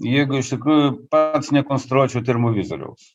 jeigu iš tikrųjų pats ne konstruočiau termovizoriaus